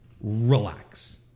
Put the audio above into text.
Relax